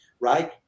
right